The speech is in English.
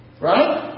Right